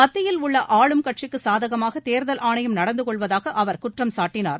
மத்தியில் உள்ள ஆளும் கட்சிக்கு சாதகமாக தேர்தல் ஆணையம் நடந்து கொள்வதாக அவர் குற்றம் சாட்டினார்